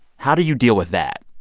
how do you deal with that?